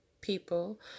people